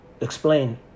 explain